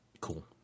cool